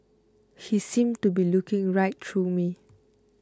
he seemed to be looking right through me